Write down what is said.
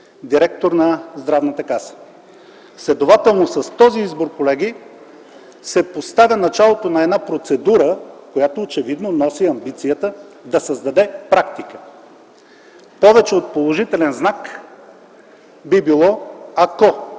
директор на Здравната каса. Следователно с този избор, колеги, се поставя началото на една процедура, която очевидно носи амбицията да създаде практика. Повече от положителен знак би било,